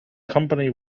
company